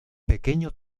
pequeño